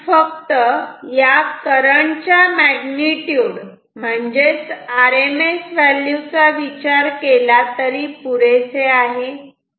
आपण फक्त या करंट च्या मॅगनीट्यूड म्हणजे आरएमएस व्हॅल्यू चा विचार केला तरी पुरेसे आहे